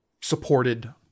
supported